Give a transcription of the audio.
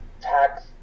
tax